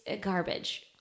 garbage